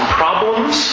problems